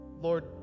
Lord